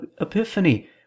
Epiphany